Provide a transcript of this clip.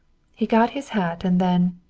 he got his hat and then,